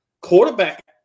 quarterback